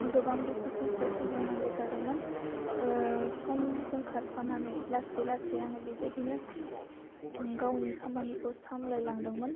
गोबां दुखु खस्थ' सहायनांगौ जादोंमोन समजों खारफानानै लासै लासै आङो बेबायदिनो ओं गावनि खामानिखौ सामलाय लांदोंमोन